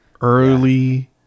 early